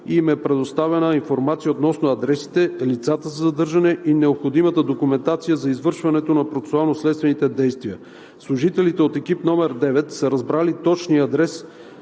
и им е предоставена информация относно адресите, лицата за задържане и необходимата документация за извършването на процесуално-следствените действия. Служителите от Екип № 9 са разбрали точния адрес